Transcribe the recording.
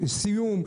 משפט סיום.